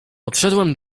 podszedłem